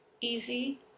easy